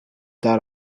dot